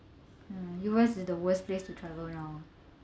uh U_S is the worst place to travel around